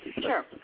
Sure